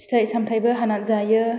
फिथाइ सामथायबो हानानै जायो